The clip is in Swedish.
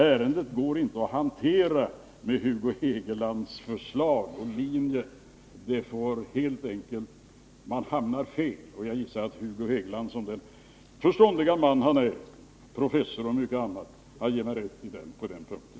Ärendet går inte att hantera efter Hugo Hegelands linje. Man hamnar helt enkelt fel, och jag gissar att Hugo Hegeland som den förståndige man han är — professor och mycket annat — ger mig rätt på den punkten.